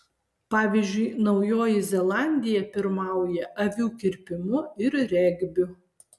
pavyzdžiui naujoji zelandija pirmauja avių kirpimu ir regbiu